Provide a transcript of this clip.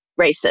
racist